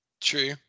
true